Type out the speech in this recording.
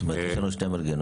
למעשה יש לנו שני מנגנונים?